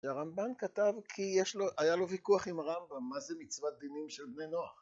והרמב״ן כתב כי יש לו, היה לו ויכוח עם הרמב״ם, מה זה מצוות דינים של בני נוער?